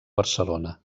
barcelona